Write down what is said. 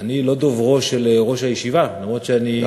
אני לא דוברו של ראש הישיבה, למרות שאני, לא.